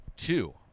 Two